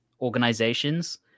organizations